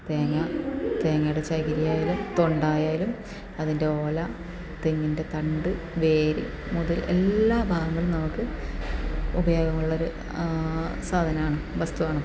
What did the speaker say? തേങ്ങ തേങ്ങയുടെ ചകിരി ആയാലും തൊണ്ടായാലും അതിൻ്റെ ഓല തെങ്ങിൻ്റെ തണ്ട് വേര് മുതൽ എല്ലാ ഭാഗങ്ങളും നമുക്ക് ഉപയോഗമുള്ളത് സാധനമാണ് വസ്തുവാണ്